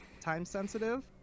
time-sensitive